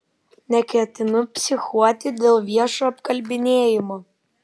neketinu psichuoti dėl viešo apkalbinėjimo